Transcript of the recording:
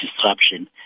disruption